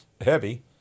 heavy